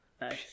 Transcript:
Nice